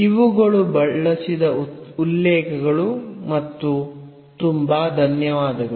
ಇವುಗಳು ಬಳಸಿದ ಉಲ್ಲೇಖಗಳು ಮತ್ತು ತುಂಬಾ ಧನ್ಯವಾದಗಳು